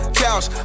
couch